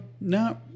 No